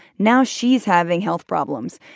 now she's having health problems.